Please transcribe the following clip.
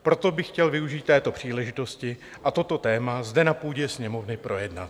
Proto bych chtěl využít této příležitosti a toto téma zde na půdě Sněmovny projednat.